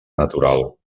natural